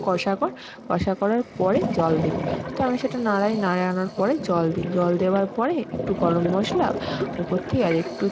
কষা কর কষা করার পরে জল দিবি তো আমি সেটা নাড়ায় নাড়ানোর পরে জল দিই জল দেওয়ার পরে একটু গরম মশলা ওপর থেকে আরেকটু